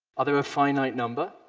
are there a finite number?